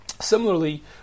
Similarly